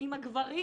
עם הגברים